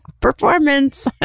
Performance